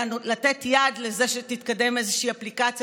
אלא לתת יד לזה שתתקדם איזושהי אפליקציה